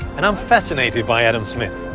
and i'm fascinated by adam smith,